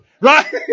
right